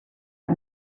are